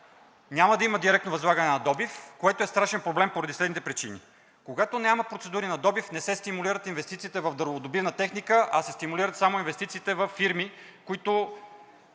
няма да има директно възлагане на добив, което е страшен проблем поради следните причини – когато няма процедури на добив, не се стимулират инвестициите в дърводобивна техника, а се стимулират само инвестициите във фирми, които